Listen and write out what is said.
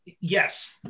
Yes